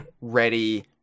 ready